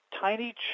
tiny